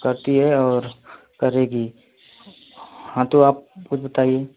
करती है और करेगी हाँ तो आप ख़ुद बताइए